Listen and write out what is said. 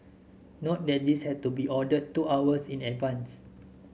note that this had to be ordered two hours in advance